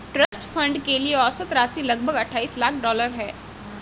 trust fund के लिए औसत राशि लगभग अट्ठाईस लाख डॉलर है